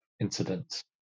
incidents